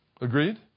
Agreed